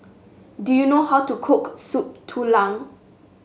do you know how to cook Soup Tulang